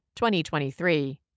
2023